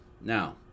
Now